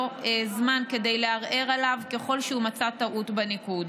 זמן לערער עליו ככל שהוא מצא טעות בניקוד.